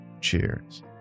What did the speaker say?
Cheers